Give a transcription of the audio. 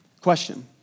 Question